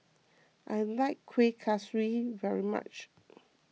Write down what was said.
I like Kuih Kaswi very much